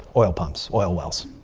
oil pumps, oil wells,